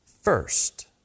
first